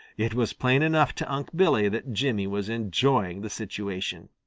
it was plain enough to unc' billy that jimmy was enjoying the situation.